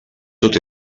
tot